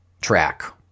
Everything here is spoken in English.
track